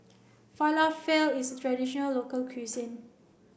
Falafel is a traditional local cuisine